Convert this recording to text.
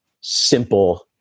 simple